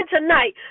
tonight